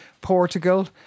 Portugal